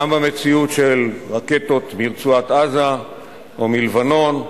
גם במציאות של רקטות מרצועת-עזה או מלבנון,